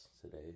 today